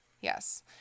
Yes